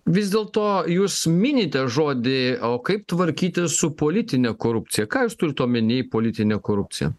vis dėlto jūs minite žodį o kaip tvarkytis su politine korupcija ką jūs turit omeny politinė korupcija